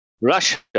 Russia